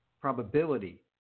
probability